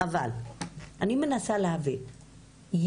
אבל אני מנסה להבין,